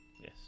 yes